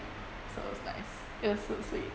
so it was nice it was so sweet